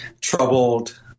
troubled